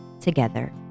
together